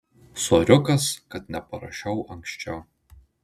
soriukas kad neparašiau anksčiau